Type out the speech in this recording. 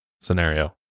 scenario